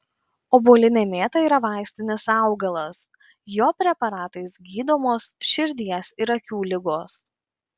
obuolinė mėta yra vaistinis augalas jo preparatais gydomos širdies ir akių ligos